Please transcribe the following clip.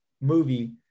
movie